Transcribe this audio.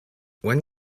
when